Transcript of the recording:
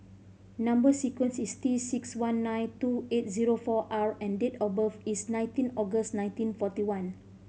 number sequence is T six one nine two eight zero four R and date of birth is nineteen August nineteen forty one